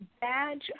badge